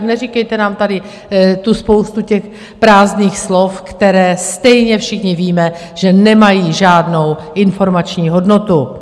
Neříkejte nám tady spoustu těch prázdných slov, která stejně všichni víme, že nemají žádnou informační hodnotu.